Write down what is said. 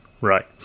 right